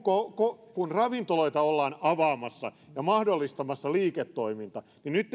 kun ravintoloita ollaan avaamassa ja mahdollistamassa liiketoiminta niin nyt